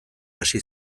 hasi